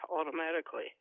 automatically